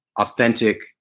authentic